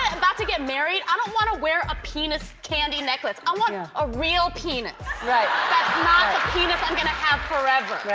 about to get married, i don't want to wear a penis candy necklace. i want a ah real penis that's ah penis i'm going to have forever.